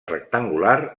rectangular